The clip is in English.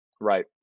Right